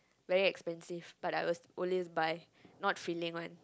very expensive but I'll always buy not filling one